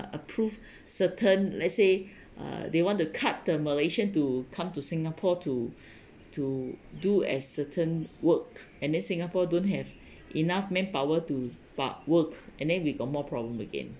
approved certain let's say uh they want to cut the malaysian to come to singapore to to do as certain work and then singapore don't have enough manpower to work and then we got more problem again